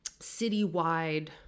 citywide